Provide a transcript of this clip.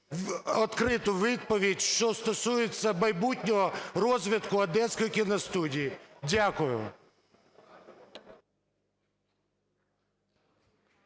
відкриту відповідь, що стосується майбутнього розвитку Одеської кіностудії. Дякую.